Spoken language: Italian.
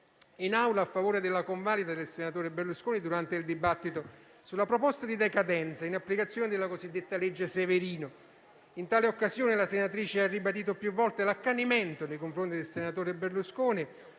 in Aula a favore della convalida del senatore Berlusconi, durante il dibattito sulla proposta di decadenza in applicazione della cosiddetta legge Severino. In tale occasione, la senatrice ha ribadito più volte l'accanimento nei confronti del senatore Berlusconi,